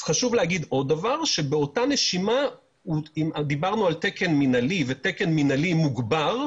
חשוב להגיד עוד דבר: אם דיברנו על תקן מינהלי ותקן מינהלי מוגבר,